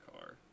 car